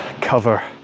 cover